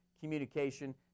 communication